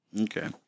Okay